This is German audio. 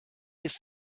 ist